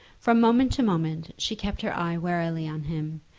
from moment to moment she kept her eye warily on him,